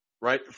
right